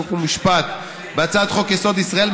חוק ומשפט לדיון בהצעת חוק-יסוד: ישראל,